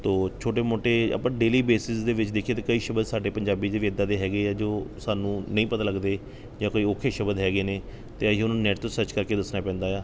ਤਾਂ ਛੋਟੇ ਮੋਟੇ ਆਪਾਂ ਡੇਲੀ ਬੇਸਿਸ ਦੇ ਵਿੱਚ ਦੇਖੀਏ ਤਾਂ ਕਈ ਸ਼ਬਦ ਸਾਡੇ ਪੰਜਾਬੀ ਦੇ ਵੀ ਇੱਦਾਂ ਦੇ ਹੈਗੇ ਆ ਜੋ ਸਾਨੂੰ ਨਹੀਂ ਪਤਾ ਲੱਗਦੇ ਜਾਂ ਕੋਈ ਔਖੇ ਸ਼ਬਦ ਹੈਗੇ ਨੇ ਅਤੇ ਅਸੀਂ ਉਹਨਾਂ ਨੂੰ ਨੈੱਟ ਤੋਂ ਸਰਚ ਕਰਕੇ ਦੱਸਣਾ ਪੈਂਦਾ ਆ